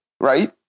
right